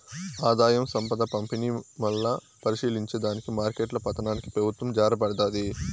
ఆదాయం, సంపద పంపిణీ, మల్లా పరిశీలించే దానికి మార్కెట్ల పతనానికి పెబుత్వం జారబడతాది